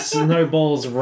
snowballs